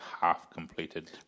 half-completed